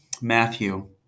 Matthew